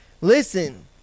listen